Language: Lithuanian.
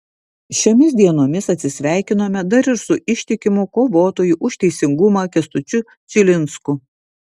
šiomis dienomis atsisveikinome dar ir su ištikimu kovotoju už teisingumą kęstučiu čilinsku